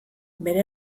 bere